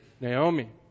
Naomi